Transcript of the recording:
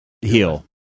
heal